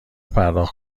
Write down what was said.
پرداخت